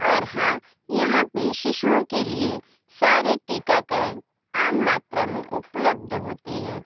और हाँ यहाँ पर शिशुओं के लिए सारे टीकाकरण आम मात्रा मे उपलब्ध होते हैं